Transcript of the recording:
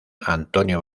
antonio